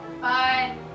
Bye